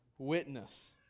Witness